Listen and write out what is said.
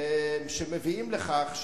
שמביאים לכך,